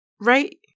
Right